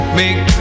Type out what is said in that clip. make